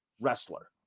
wrestler